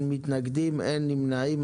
בעד פה אחד, אין מתנגדים, אין נמנעים.